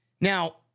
Now